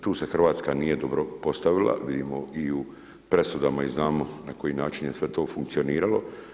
Tu se Hrvatska nije dobro postavila, vidimo i u presudama i znamo na koji način je sve to funkcioniralo.